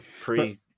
pre